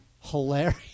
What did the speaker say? hilarious